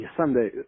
someday –